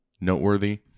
noteworthy